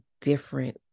different